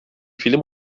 film